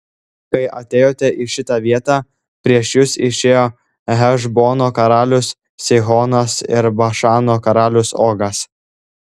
kai atėjote į šitą vietą prieš jus išėjo hešbono karalius sihonas ir bašano karalius ogas